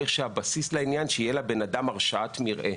הבסיס של העניין הוא שצריך שתהיה לבן אדם הרשאת מרעה.